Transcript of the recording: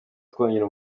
twongera